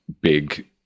big